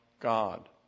God